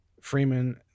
freeman